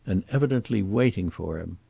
and evidently waiting for him.